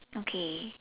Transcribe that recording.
okay